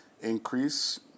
increase